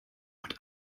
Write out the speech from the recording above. und